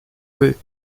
vais